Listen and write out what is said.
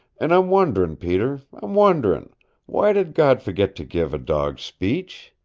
and i'm wondering, peter i'm wondering why did god forget to give a dog speech?